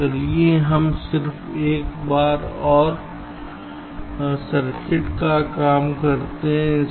तो चलिए हम सिर्फ एक बार और सर्किट का काम करते हैं